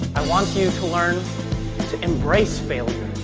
i want you to learn to embrace failure.